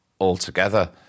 altogether